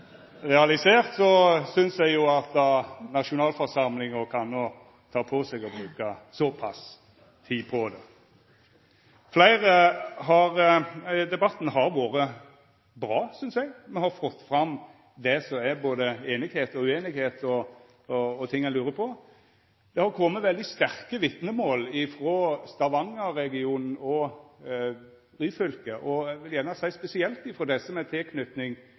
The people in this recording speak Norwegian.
realisert, synest eg at nasjonalforsamlinga kan ta på seg å bruka såpass tid på det. Debatten har vore bra, synest eg. Me har fått fram det som er både einigheit og ueinigheit og ting ein lurer på. Det har kome veldig sterke vitnemål frå Stavanger-regionen og Ryfylke, og eg vil gjerne seia spesielt